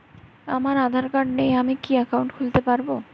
আমার আধার কার্ড নেই আমি কি একাউন্ট খুলতে পারব?